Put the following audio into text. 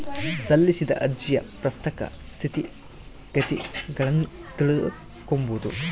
ಸಲ್ಲಿಸಿದ ಅರ್ಜಿಯ ಪ್ರಸಕ್ತ ಸ್ಥಿತಗತಿಗುಳ್ನ ತಿಳಿದುಕೊಂಬದು